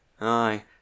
Aye